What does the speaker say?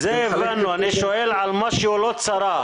זה הבנו, אני שואל על מה שהוא לא צרך.